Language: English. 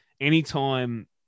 anytime